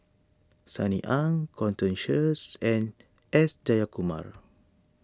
Sunny Ang Sheares and S Jayakumar